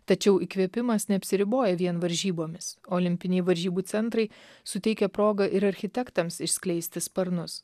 tačiau įkvėpimas neapsiriboja vien varžybomis olimpiniai varžybų centrai suteikia progą ir architektams išskleisti sparnus